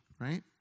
right